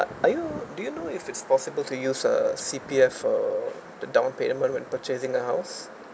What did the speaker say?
are you do you know if it's possible to use a C_P_F or the downpayment when purchasing a house